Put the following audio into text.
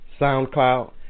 SoundCloud